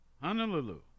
Honolulu